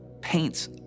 paints